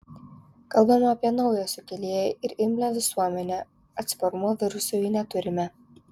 kalbame apie naują sukėlėją ir imlią visuomenę atsparumo virusui neturime